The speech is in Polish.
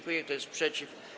Kto jest przeciw?